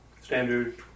standard